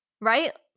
Right